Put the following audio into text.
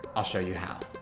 i'll show you how.